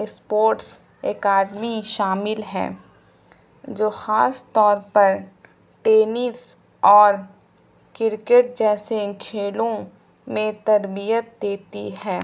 sports academy شامل ہیں جو خاص طور پر ٹینس اور کرکٹ جیسے کھیلوں میں تربیت دیتی ہے